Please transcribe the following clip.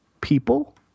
people